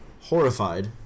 horrified